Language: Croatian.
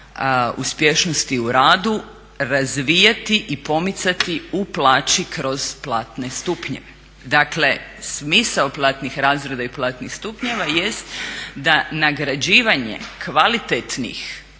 uspješnosti u radu razvijati i pomicati u plaći kroz platne stupnjeve. Dakle, smisao platnih razreda i platnih stupnjeva jest da nagrađivanje kvalitetnih